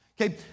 Okay